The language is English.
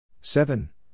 seven